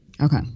Okay